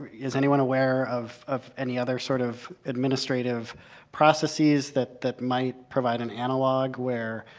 is anyone aware of of any other sort of administrative processes that that might provide an analog, where